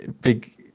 big